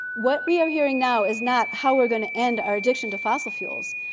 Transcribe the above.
what we are hearing now is not how we're going to end our addiction to fossil fuels,